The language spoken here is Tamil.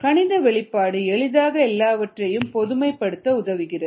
கணித வெளிப்பாடு எளிதாக எல்லாவற்றையும் பொதுமைப்படுத்த உதவுகிறது